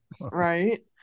Right